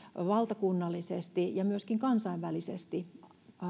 valtakunnallisesti ja myöskin kansainvälisesti